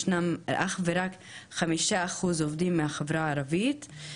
ישנם אך ורק 5% עובדים מהחברה הערבית,